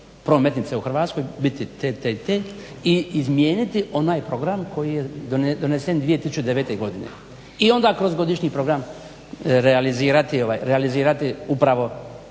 prometnice u Hrvatskoj biti te, te i te i izmijeniti onaj program koji je donesen 2009. Godine i onda kroz godišnji program realizirati upravo